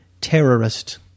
Terrorist